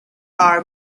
are